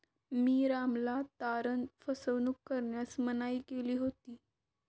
मी रामला तारण फसवणूक करण्यास मनाई केली होती